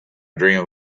dream